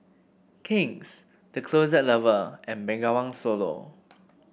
King's The Closet Lover and Bengawan Solo